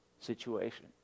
situation